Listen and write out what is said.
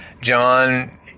John